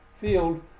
field